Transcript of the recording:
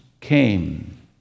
came